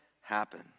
happen